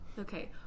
Okay